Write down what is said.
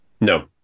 No